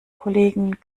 kollegen